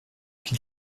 qu’il